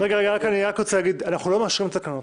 אני רק רוצה להגיד שאנחנו לא מאשרים תקנות.